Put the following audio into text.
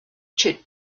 chit